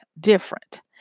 different